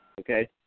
Okay